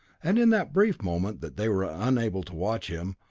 and in that brief moment that they were unable to watch him,